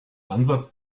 ansatz